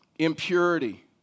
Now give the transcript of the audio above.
impurity